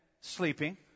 sleeping